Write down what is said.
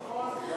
נכון.